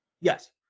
Yes